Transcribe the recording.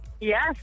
Yes